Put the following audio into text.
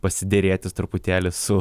pasiderėti truputėlį su